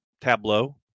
tableau